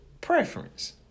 preference